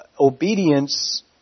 obedience